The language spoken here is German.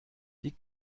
die